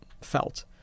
felt